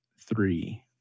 three